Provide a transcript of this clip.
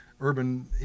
urban